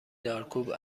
دارکوب